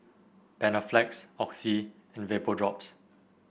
Panaflex Oxy and Vapodrops